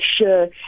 sure